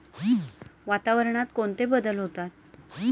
वातावरणात कोणते बदल होतात?